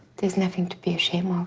there's nothing to be ashamed of.